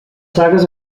sagues